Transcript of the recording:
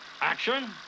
action